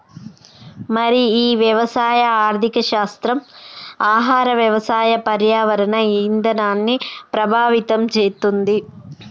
మరి ఈ వ్యవసాయ ఆర్థిక శాస్త్రం ఆహార వ్యవసాయ పర్యావరణ ఇధానాన్ని ప్రభావితం చేతుంది